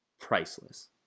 priceless